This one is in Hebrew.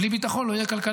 בלי ביטחון לא תהיה כלכלה.